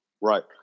Right